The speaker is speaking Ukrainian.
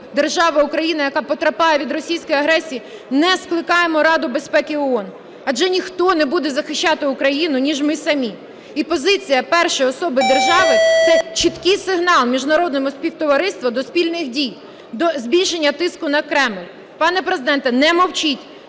держава Україна, яка потерпає від російської агресії, не скликає Раду безпеки ООН? Адже ніхто не буде захищати Україну, ніж ми самі. І позиція першої особи держави - це чіткий сигнал міжнародному співтовариству до спільних дій, до збільшення тиску на Кремль. Пане Президенте, не мовчіть.